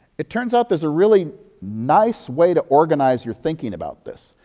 it turns out there's a really nice way to organize your thinking about this.